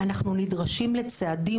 אנחנו נדרשים לצעדים,